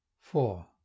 four